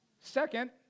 Second